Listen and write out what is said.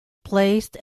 placed